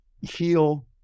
heal